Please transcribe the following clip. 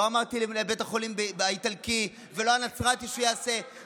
לא אמרתי למנהל בית החולים האיטלקי ולא הנצרתי שיעשה את זה,